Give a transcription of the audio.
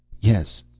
yes.